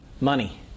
money